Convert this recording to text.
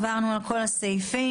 עברנו על כל הסעיפים,